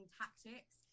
tactics